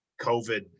COVID